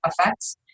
effects